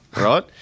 right